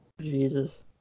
Jesus